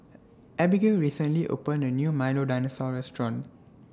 Abigail recently opened A New Milo Dinosaur Restaurant